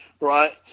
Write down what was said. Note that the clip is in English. Right